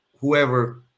whoever